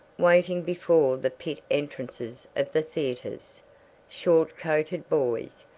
waiting before the pit entrances of the theatres short-coated boys,